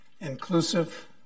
inclusive